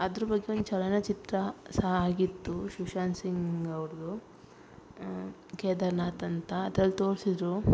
ಅದ್ರ ಬಗ್ಗೆ ಒಂದು ಚಲನಚಿತ್ರ ಸಹ ಆಗಿತ್ತು ಸುಶಾಂತ್ ಸಿಂಗ್ ಅವ್ರದ್ದು ಕೇದಾರ್ನಾತ್ ಅಂತ ಅದ್ರಲ್ಲಿ ತೋರಿಸಿದ್ರು